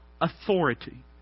authority